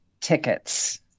tickets